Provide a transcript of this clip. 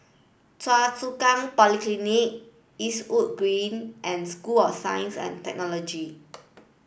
Choa Chu Kang Polyclinic Eastwood Green and School of Science and Technology